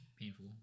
painful